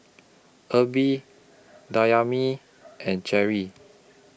Erby Dayami and Cheri